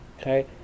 okay